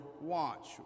watch